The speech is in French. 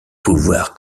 pouvoir